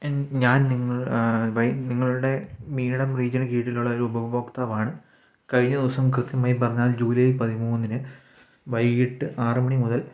N ഞാൻ നിങ്ങൾ ബൈ നിങ്ങളുടെ മീഡിണം റീജിയണിന് കീഴിലുള്ള ഒരു ഉപഭോക്താവാണ് കഴിഞ്ഞ ദിവസം കൃത്യമായി പറഞ്ഞാൽ ജൂലൈ പതിമൂന്നിന് വൈകിട്ട് ആറ് മണി മുതൽ